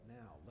now